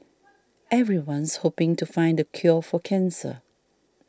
everyone's hoping to find the cure for cancer